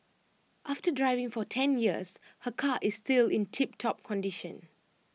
after driving for ten years her car is still in tiptop condition